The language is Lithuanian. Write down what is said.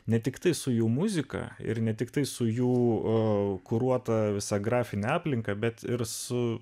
ne tiktai su jų muzika ir ne tiktai su jų o kuruota visa grafinę aplinką bet ir su